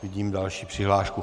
Vidím další přihlášku.